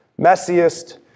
messiest